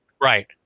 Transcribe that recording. Right